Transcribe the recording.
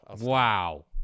Wow